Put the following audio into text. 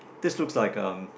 this looks like um